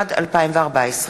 התשע"ד 2014,